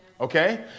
Okay